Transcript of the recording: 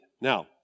Now